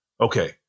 okay